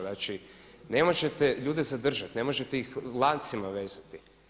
Znači ne možete ljude zadržati, ne možete ih lancima vezati.